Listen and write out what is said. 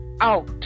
out